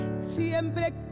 Siempre